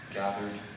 gathered